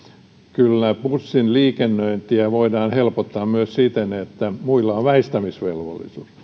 kyllä bussin liikennöintiä voidaan helpottaa myös siten että muilla on väistämisvelvollisuus